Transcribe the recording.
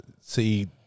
see